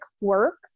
work